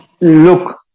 Look